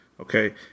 Okay